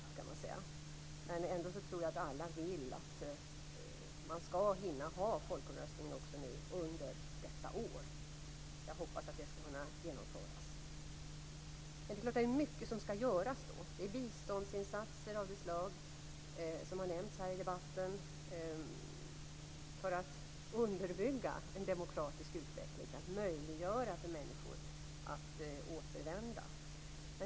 Men jag tror ändå att alla vill att man skall hinna ha folkomröstning nu under detta år. Jag hoppas att det skall kunna genomföras. Men det är mycket som skall göras. Det är biståndsinsatser av det slag som här har nämnts i debatten för att underbygga en demokratisk utveckling och möjliggöra för människor att återvända.